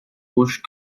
rouge